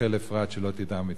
רחל אפרת, שלא תדע מצער.